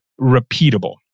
repeatable